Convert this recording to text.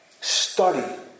study